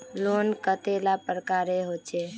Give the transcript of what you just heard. Loan कतेला प्रकारेर होचे?